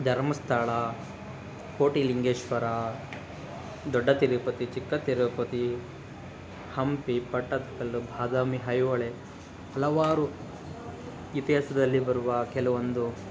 ಧರ್ಮಸ್ಥಳ ಕೋಟಿಲಿಂಗೇಶ್ವರ ದೊಡ್ಡ ತಿರುಪತಿ ಚಿಕ್ಕ ತಿರುಪತಿ ಹಂಪಿ ಪಟ್ಟದಕಲ್ಲು ಬಾದಾಮಿ ಐಹೊಳೆ ಹಲವಾರು ಇತಿಹಾಸದಲ್ಲಿ ಬರುವ ಕೆಲವೊಂದು